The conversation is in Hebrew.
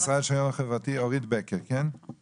אנחנו